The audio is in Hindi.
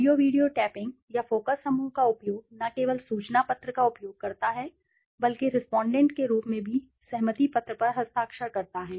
ऑडियो वीडियो टैपिंग या फ़ोकस समूह का उपयोग न केवल सूचना पत्र का उपयोग करता है बल्कि रेस्पोंडेंट के रूप में भी सहमति पत्र पर हस्ताक्षर करता है